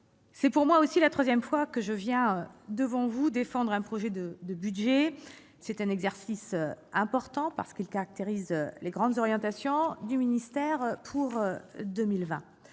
sénateurs, moi aussi, c'est la troisième fois que je viens devant vous défendre un projet de budget. C'est un exercice important puisqu'il caractérise les grandes orientations du ministère pour 2020.